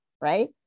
Right